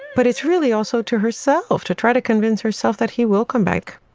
but it's really also to herself to try to convince herself that he will come back